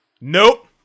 Nope